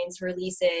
releases